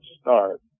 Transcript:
start